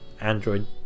Android